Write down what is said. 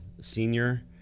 senior